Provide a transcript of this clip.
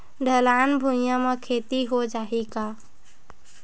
ढलान भुइयां म खेती हो जाही का?